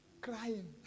crying